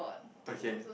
okay